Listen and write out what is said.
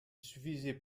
suffisait